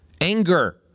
anger